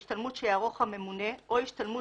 בהשתלמויות שיערוך הממונה או השתלמות